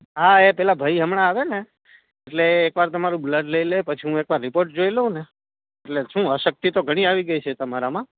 હા એ પેલા ભઈ હમણાં આવે ને એટલે એકવાર તમારું બ્લડ લઇ લે પછી હું એકવાર રીપોર્ટ જોઈ લઉં ને એટલે શું અશક્તિ તો ઘણી આવી ગઈ છે તમારામાં